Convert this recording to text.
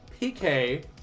PK